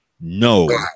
no